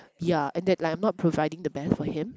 yeah and that like I'm not providing the best for him